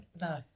No